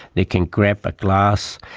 they can grab a glass.